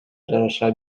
жараша